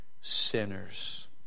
sinners